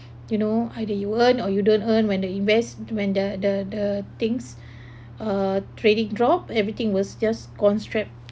you know either you earn or you don't earn when the invest when the the the things uh trading drop everything was just constrap